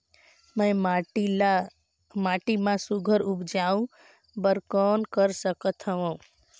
मैं माटी मा सुघ्घर उपजाऊ बर कौन कर सकत हवो?